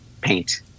paint